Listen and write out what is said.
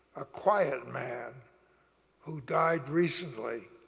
a quiet man who died recently